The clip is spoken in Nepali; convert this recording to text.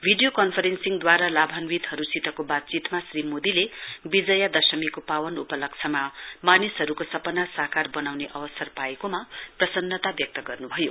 भिडियो कन्फरेन्सिङद्वारा लाभान्वितहरुसितको वातचीतमा श्री मोदीले विजयादशमीको पावन उपलक्ष्यमा मानिसहरुको सपना साकार वनाउने अवसर पाएकोमा प्रसन्नता व्यक्त गर्न्भयो